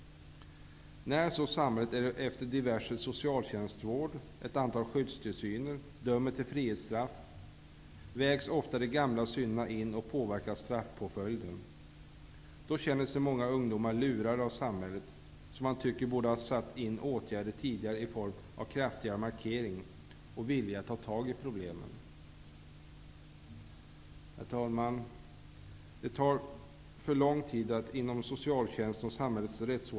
När så samhället, efter diverse socialtjänstvård och ett antal skyddstillsyner, dömer till frihetsstraff vägs ofta de gamla synderna in och påverkar straffpåföljden. Då känner sig många ungdomar lurade av samhället som man tycker borde ha satt in åtgärder tidigare i form av en kraftigare markering och vilja att ta tag i problemen. Herr talman!